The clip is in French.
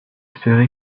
espéré